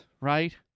right